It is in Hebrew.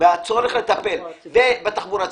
ועל הצורך לטפל בתחבורה הציבורית,